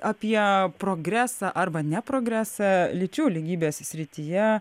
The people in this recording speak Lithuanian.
apie progresą arba ne progresą lyčių lygybės srityje